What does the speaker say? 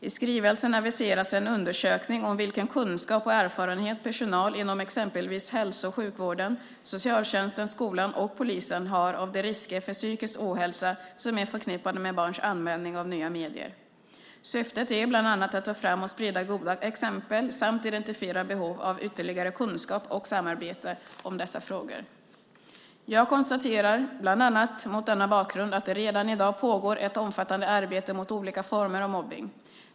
I skrivelsen aviseras en undersökning om vilken kunskap och erfarenhet personal inom exempelvis hälso och sjukvården, socialtjänsten, skolan och polisen har av de risker för psykisk ohälsa som är förknippade med barns användning av nya medier. Syftet är bland annat att ta fram och sprida goda exempel samt identifiera behov av ytterligare kunskap och samarbete om dessa frågor. Jag konstaterar, bland annat mot denna bakgrund, att det redan i dag pågår ett omfattande arbete mot olika former av mobbning.